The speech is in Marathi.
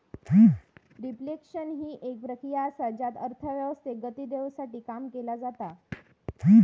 रिफ्लेक्शन हि एक प्रक्रिया असा ज्यात अर्थव्यवस्थेक गती देवसाठी काम केला जाता